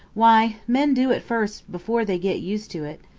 why, men do at first before they get used to it.